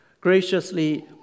graciously